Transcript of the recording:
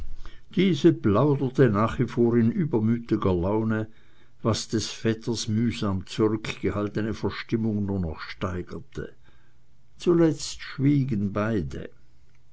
diese plauderte nach wie vor in übermütiger laune was des vetters mühsam zurückgehaltene verstimmung nur noch steigerte zuletzt schwiegen beide